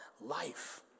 life